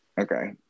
okay